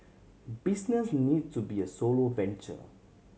business need to be a solo venture